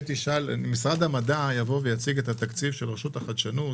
משרד המדע יבוא ויציג את התקציב של רשות החדשנות,